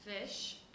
fish